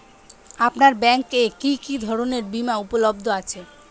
আপনার ব্যাঙ্ক এ কি কি ধরনের বিমা উপলব্ধ আছে?